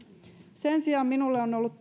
sen sijaan minulle on ollut